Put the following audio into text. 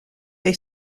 they